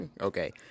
Okay